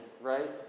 right